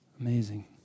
Amazing